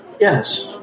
Yes